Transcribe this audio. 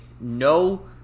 No